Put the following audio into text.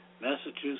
Massachusetts